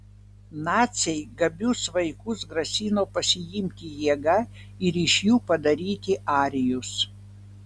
naciai gabius vaikus grasino pasiimti jėga ir iš jų padaryti arijus